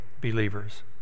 believers